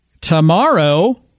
tomorrow